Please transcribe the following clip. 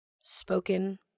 spoken